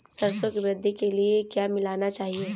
सरसों की वृद्धि के लिए क्या मिलाना चाहिए?